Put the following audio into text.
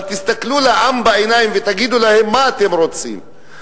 אבל תסתכלו לעם בעיניים ותגידו להם מה אתם רוצים.